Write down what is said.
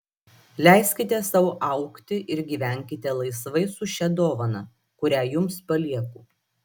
leiskite sau augti ir gyvenkite laisvai su šia dovana kurią jums palieku